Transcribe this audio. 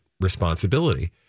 responsibility